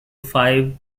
five